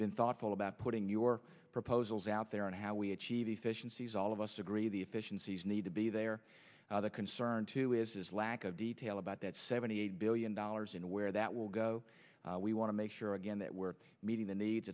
been thoughtful about putting your proposals out there and how we achieve the efficiencies all of us agree the efficiencies need to be there the concern too is lack of detail about that seventy eight billion dollars in where that will go we want to make sure again that we're meeting the needs